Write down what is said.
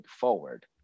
forward